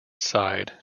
side